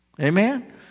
Amen